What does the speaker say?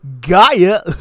Gaia